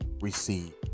receive